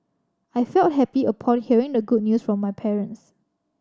I felt happy upon hearing the good news from my parents